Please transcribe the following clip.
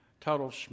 Total